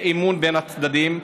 יהיה אמון בין הצדדים.